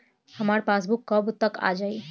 हमार पासबूक कब तक आ जाई?